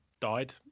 died